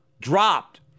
dropped